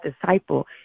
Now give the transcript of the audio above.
disciple